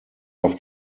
auf